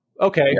Okay